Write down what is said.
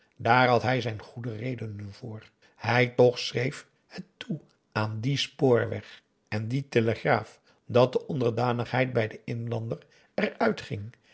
daar had hij zijn goede redenen voor hij toch schreef het toe aan dien spoorweg en die telegraaf dat de onderdanigheid bij den inlander eruit ging